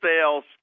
sales